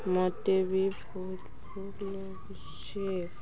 ମୋତେ ବି